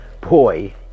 Boy